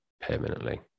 permanently